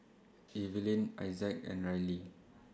Eveline Isaak and Rylie